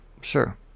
sure